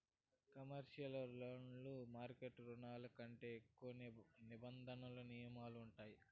commercial లోన్లు market రుణాల కంటే ఎక్కువ నిబంధనలు నియమాలు ఉంటాయి